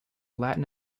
latin